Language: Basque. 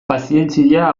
pazientzia